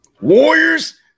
Warriors